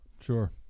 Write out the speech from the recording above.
Sure